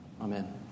Amen